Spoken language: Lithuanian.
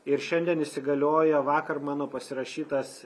ir šiandien įsigaliojo vakar mano pasirašytas